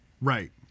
Right